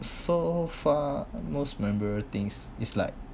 so far most memorable things it's like